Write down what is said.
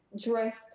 dressed